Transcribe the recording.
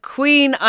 Queen